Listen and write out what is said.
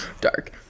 Dark